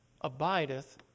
abideth